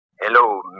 Hello